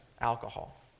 alcohol